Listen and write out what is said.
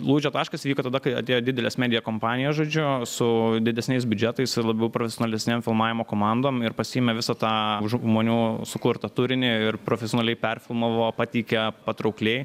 lūžio taškas įvyko tada kai atėjo didelės medija kompanijos žodžiu su didesniais biudžetais ir labiau profesionalesnėm filmavimo komandom ir pasiėmė visą tą žmonių sukurtą turinį ir profesionaliai perfilmavo pateikė patraukliai